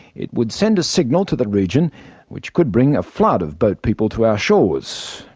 it would send a signal to the region which could bring a flood of boat people to our shores.